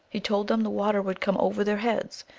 he told them the water would come over their heads.